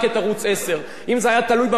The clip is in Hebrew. שמובילה תנועה לאומית ליברלית,